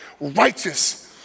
Righteous